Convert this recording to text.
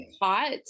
hot